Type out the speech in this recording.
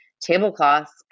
tablecloths